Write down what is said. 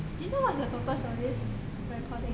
do you know what's the purpose of this recording